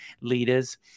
leaders